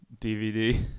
dvd